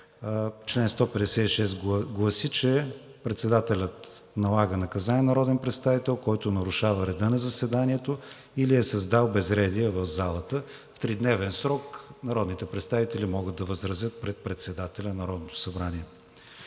Член 156 гласи, че председателят налага наказание на народен представител, който нарушава реда на заседанието или е създал безредие в залата. В тридневен срок народните представители могат да възразят пред председателя на Народното събрание.